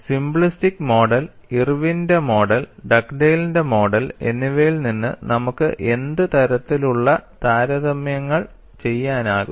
simplistic model ഇർവിന്റെ മോഡൽirwin's model ഡഗ്ഡെയ്ലിന്റെ മോഡൽ എന്നിവയിൽ നിന്ന് നമുക്ക് എന്ത് തരത്തിലുള്ള താരതമ്യങ്ങൾ ചെയ്യാനാകും